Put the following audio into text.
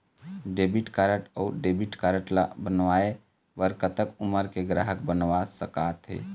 Credit card अऊ debit card ला बनवाए बर कतक उमर के ग्राहक बनवा सका थे?